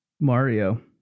Mario